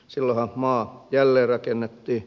silloinhan maa jälleenrakennettiin